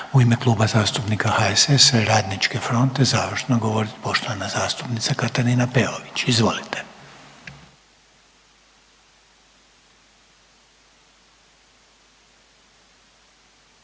u ime Kluba zastupnika HSS-a i Radničke fronte završno govoriti poštovana zastupnica Katarina Peović, izvolite.